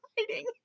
hiding